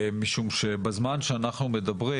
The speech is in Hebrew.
משום שבזמן שאנחנו מדברים,